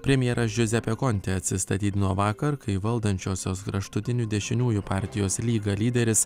premjeras džiuzepė kontė atsistatydino vakar kai valdančiosios kraštutinių dešiniųjų partijos lyga lyderis